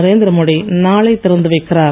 நரேந்திரமோடி நாளை திறந்து வைக்கிறார்